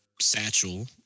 satchel